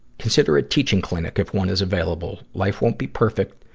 consider a teaching clinic if one is available. life won't be perfect,